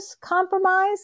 compromise